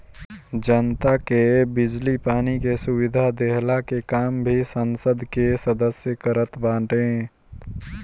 जनता के बिजली पानी के सुविधा देहला के काम भी संसद कअ सदस्य करत बाने